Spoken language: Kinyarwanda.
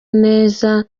neza